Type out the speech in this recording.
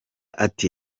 ati